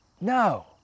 No